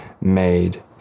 made